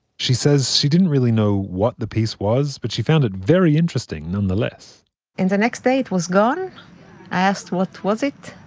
she says she didn't really know what the piece was, but she found it very interesting nonetheless and the next day it was gone. i asked what was it,